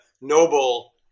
noble